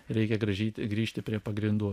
reikia grąžyti grįžti prie pagrindų